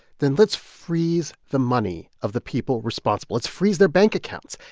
then let's freeze the money of the people responsible. let's freeze their bank accounts.